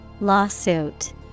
Lawsuit